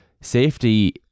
safety